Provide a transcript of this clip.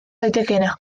daitekeena